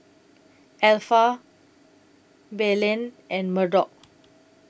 Alpha Belen and Murdock